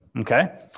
Okay